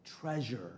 treasure